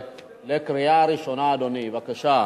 יוליה שמאלוב-ברקוביץ,